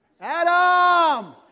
Adam